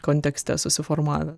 kontekste susiformavę